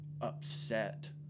upset